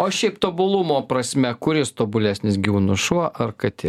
o šiaip tobulumo prasme kuris tobulesnis gyvūnas šuo ar katė